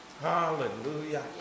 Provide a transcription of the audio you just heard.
Hallelujah